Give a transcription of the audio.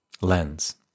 lens